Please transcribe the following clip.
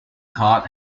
card